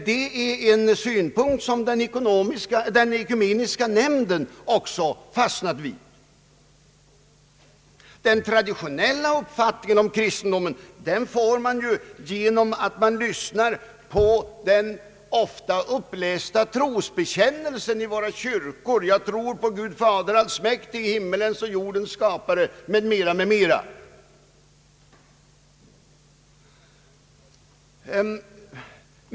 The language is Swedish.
Det är en synpunkt som den ekumeniska nämnden också fastnat vid. Den traditionella uppfattningen om kristendomen får man ju genom att man lyssnar på den i våra kyrkor ofta upplästa trosbekännelsen: »Jag tror på Gud Fader allsmäktig, himmelens och jordens skapare» osv.